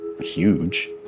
huge